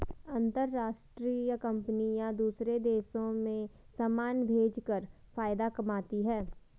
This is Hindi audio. अंतरराष्ट्रीय कंपनियां दूसरे देशों में समान भेजकर फायदा कमाती हैं